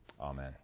Amen